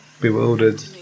bewildered